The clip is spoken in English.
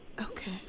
Okay